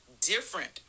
different